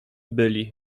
byli